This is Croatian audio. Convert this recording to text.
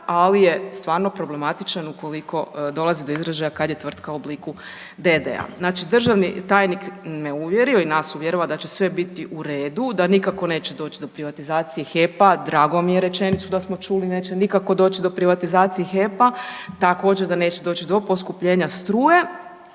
ali je stvarno problematičan ukoliko dolazi do izražaja kad je tvrtka u obliku d.d.-a. Znači državni tajnik me uvjerio i nas uvjerava da će sve biti u redu, da nikako neće doći do privatizacije HEP-a, drago mi je, rečenicu da smo čuli, neće nikako doći do privatizacije HEP-a, također, da neće doći do poskupljenja struje,